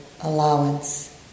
allowance